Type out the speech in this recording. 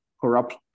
corrupt